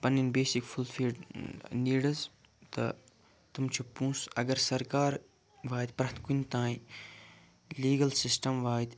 پَنٕنۍ basic fulfil needs تہٕ تِم چھِ پونٛسہٕ اَگر سَرکار واتہِ پرٛٮ۪تھ کُنہِ تانۍ لیٖگل سِسٹم واتہِ